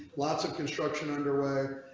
lots of construction underway.